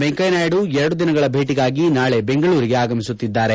ವೆಂಕಯ್ಯನಾಯ್ದು ಎರಡು ದಿನಗಳ ಭೇಟಗಾಗಿ ನಾಳೆ ಬೆಂಗಳೂರಿಗೆ ಆಗಮಿಸುತ್ತಿದ್ದಾರೆ